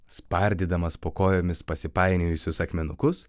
spardydamas po kojomis pasipainiojusius akmenukus